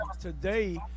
today